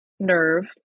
nerve